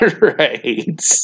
Right